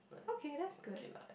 okay that's good